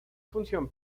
función